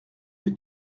que